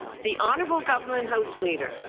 the honorable government house leader.